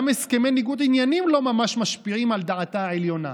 גם הסכמי ניגוד עניינים לא ממש משפיעים על דעתה העליונה,